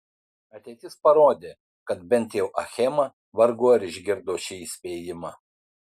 ateitis parodė kad bent jau achema vargu ar išgirdo šį įspėjimą